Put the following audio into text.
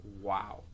Wow